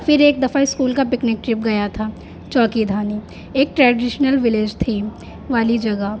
پھر ایک دفعہ اسکول کا پکنک ٹرپ گیا تھا چوکھی دھانی ایک ٹریڈیشنل ولیج تھی والی جگہ